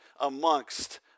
amongst